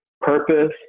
purpose